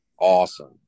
Awesome